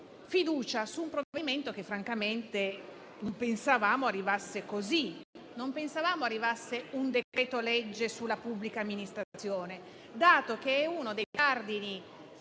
fiducia su un provvedimento che francamente non pensavamo arrivasse così. Non pensavamo arrivasse un decreto-legge sulla pubblica amministrazione, dato che è uno dei cardini